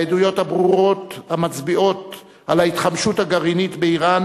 העדויות הברורות המצביעות על ההתחמשות הגרעינית באירן